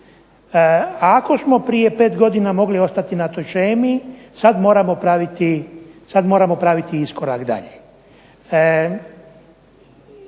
Ako smo prije pet godina mogli ostati na toj shemi sada moramo praviti korak dalje.